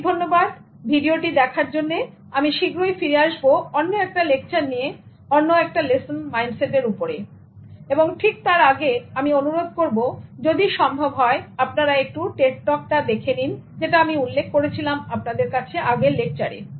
অনেক ধন্যবাদ ভিডিওটি দেখার জন্য আমি শীঘ্রই ফিরে আসব অন্য একটা লেকচার নিয়ে অন্য একটা লেসন মাইন্ডসেটের ওপরে এবং ঠিক তার আগে আমি অনুরোধ করব যদি সম্ভব হয় আপনারা একটু টেডটক টা দেখে নিন যেটা আমি উল্লেখ করেছিলাম আপনাদের কাছে আগের লেকচারে